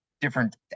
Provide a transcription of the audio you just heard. different